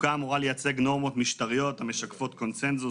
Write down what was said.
חוקה אמורה לייצג נורמות משטריות המשקפות קונצנזוס